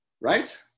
Right